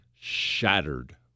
shattered